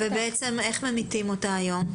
איך ממיתים אותה היום?